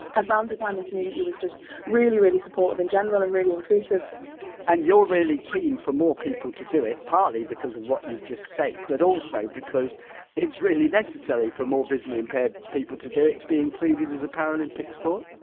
i found the climbing community was just really, really supportive in general and really inclusive and you're really keen for more people to do it, partly because of what you've just said but also because it's really necessary for more visually impaired people to do it to be included as a paralympic sport?